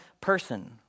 person